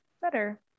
better